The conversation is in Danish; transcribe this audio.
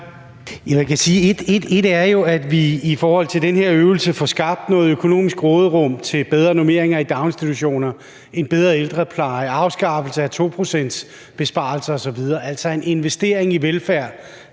ét jo er, at vi i forhold til den her øvelse får skabt noget økonomisk råderum til bedre normeringer i daginstitutionerne, en bedre ældrepleje, afskaffelse af 2-procentsbesparelser osv. – altså en investering i velfærd,